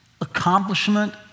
accomplishment